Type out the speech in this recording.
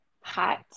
hot